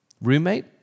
Roommate